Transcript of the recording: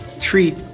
treat